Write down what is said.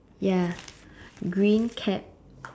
ya green cap